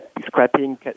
scrapping